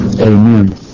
Amen